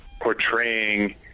portraying